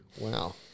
Wow